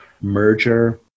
merger